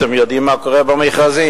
אתם יודעים מה קורה במכרזים?